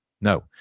no